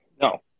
No